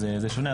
הוא שונה,